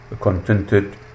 contented